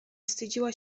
wstydziła